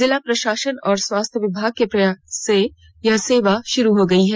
जिला प्रशासन और स्वास्थ्य विभाग के प्रयास से यह सेवा शुरू हो गई है